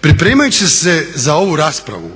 Pripremajući se za ovu raspravu,